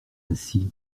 ainsi